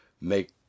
make